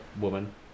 woman